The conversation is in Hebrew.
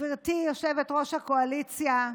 גברתי יושבת-ראש הקואליציה,